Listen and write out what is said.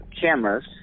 cameras